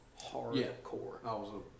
hardcore